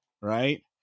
right